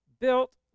built